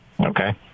Okay